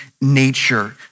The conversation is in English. nature